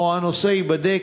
או שהנושא ייבדק,